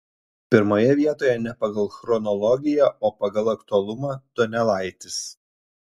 pirmoje vietoje ne pagal chronologiją o pagal aktualumą donelaitis